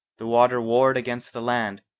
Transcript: the water warred against the land,